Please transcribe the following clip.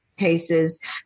Cases